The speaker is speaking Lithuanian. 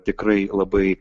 tikrai labai